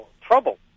trouble